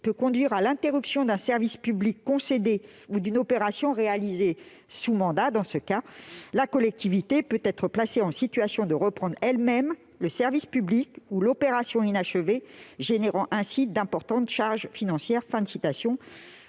peut conduire à l'interruption d'un service public concédé ou d'une opération réalisée sous mandat. Dans ce cas, la collectivité peut être placée en situation de reprendre elle-même le service public ou l'opération inachevée, générant ainsi d'importantes charges financières. »